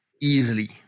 easily